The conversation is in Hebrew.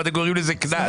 למה אתה קורא לזה קנס?